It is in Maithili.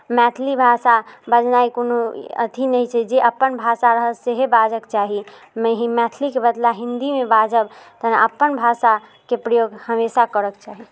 मैथिली भाषा बजनाइ कोनो अथी नहि छै जे अपन भाषा रहल सेहे बजैके चाही मै ही मैथिलीके बदला हिन्दीमे बाजब तहन अपन भाषाके प्रयोग हमेशा करऽके चाही